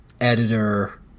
editor